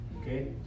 Okay